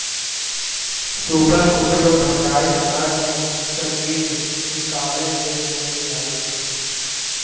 सूपक उपयोग भंडारित अनाज में सॅ कीट निकालय लेल कयल जाइत अछि